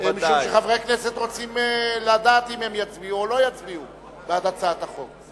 משום שחברי הכנסת רוצים לדעת אם הם יצביעו או לא יצביעו בעד הצעת החוק.